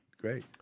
Great